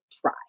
try